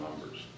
numbers